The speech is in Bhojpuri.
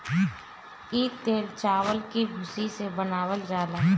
इ तेल चावल के भूसी से बनावल जाला